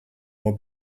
more